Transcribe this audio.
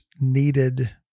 needed